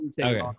Okay